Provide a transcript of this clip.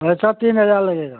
पैसा तीन हज़ार लगेगा